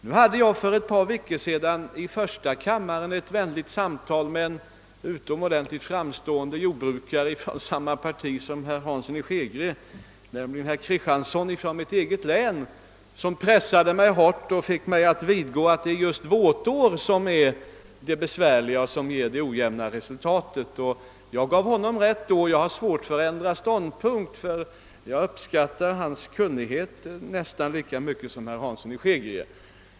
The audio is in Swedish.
Nu hade jag för ett par veckor sedan i första kammaren ett vänligt samtal med en utomordentligt framstående jordbrukare från samma parti som herr Hansson i Skegrie tillhör, nämligen herr Axel Kristiansson från mitt eget hemlän, som pressade mig hårt och fick mig att vidgå att det är just våtår som är det besvärliga och som ger det ojämna resultatet. Jag gav honom rätt då och jag har svårt för att ändra ståndpunkt, ty jag uppskattar hans kunnighet nästan lika mycket som herr Hanssons i Skegrie.